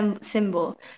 symbol